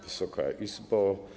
Wysoka Izbo!